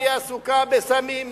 היא עסוקה בסמים,